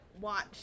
watch